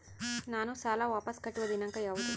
ನಾನು ಸಾಲ ವಾಪಸ್ ಕಟ್ಟುವ ದಿನಾಂಕ ಯಾವುದು?